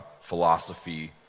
philosophy